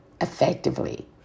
effectively